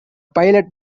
pilot